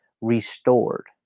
restored